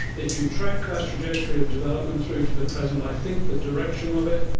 if you track that trajectory of development through to the present, i think the direction of it,